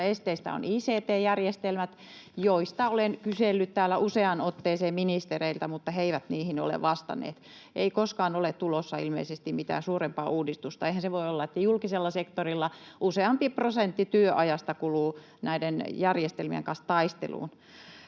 esteistä on ict-järjestelmät, joista olen kysellyt täällä useaan otteeseen ministereiltä, mutta he eivät niihin ole vastanneet. Ei koskaan ole tulossa ilmeisesti mitään suurempaa uudistusta. Eihän se voi olla, että julkisella sektorilla useampi prosentti työajasta kuluu näiden järjestelmien kanssa taisteluun.